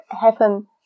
happen